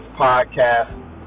podcast